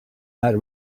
not